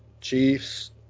Chiefs